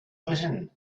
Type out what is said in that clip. written